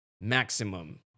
maximum